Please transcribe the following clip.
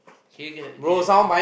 can you get get uh